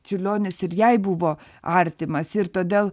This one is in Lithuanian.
čiurlionis ir jai buvo artimas ir todėl